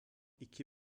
iki